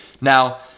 Now